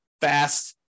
fast